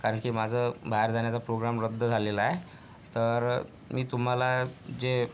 कारण की माझं बाहेर जाण्याचा प्रोग्राम रद्द झालेला आहे तर मी तुम्हाला जे